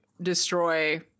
destroy